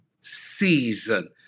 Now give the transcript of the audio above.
season